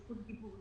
זכות דיבור,